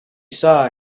saw